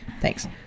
Thanks